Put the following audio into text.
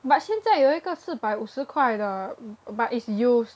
but 现在有一个四百五十块的 but is used